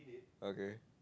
okay